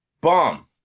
bomb